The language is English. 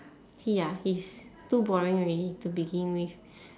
he ah he's too boring already to begin with